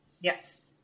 Yes